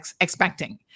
expecting